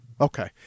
Okay